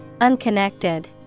Unconnected